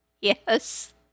yes